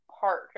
Park